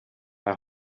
bei